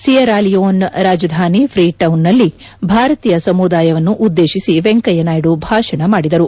Sierra Leone ರಾಜಧಾನಿ ಫ್ರೀಟೌನ್ನಲ್ಲಿ ಭಾರತೀಯ ಸಮುದಾಯವನ್ನು ಉದ್ಲೇತಿಸಿ ವೆಂಕೆಯ್ಲನಾಯ್ನು ಭಾಷಣ ಮಾಡಿದರು